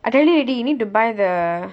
I told you already need to buy the